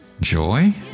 Joy